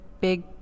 big